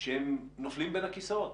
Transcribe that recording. שהם נופלים בין הכיסאות.